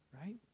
Right